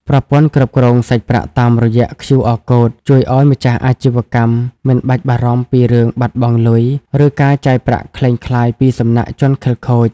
ប្រព័ន្ធគ្រប់គ្រងសាច់ប្រាក់តាមរយៈ QR Code ជួយឱ្យម្ចាស់អាជីវកម្មមិនបាច់បារម្ភពីរឿងបាត់បង់លុយ ឬការចាយប្រាក់ក្លែងក្លាយពីសំណាក់ជនខិលខូច។